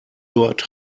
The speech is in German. dort